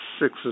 six